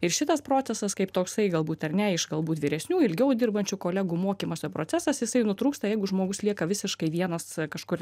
ir šitas procesas kaip toksai galbūt ar ne iš galbūt vyresnių ilgiau dirbančių kolegų mokymosi procesas jisai nutrūksta jeigu žmogus lieka visiškai vienas kažkur